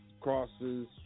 crosses